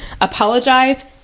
apologize